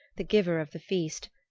the giver of the feast,